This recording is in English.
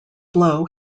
blow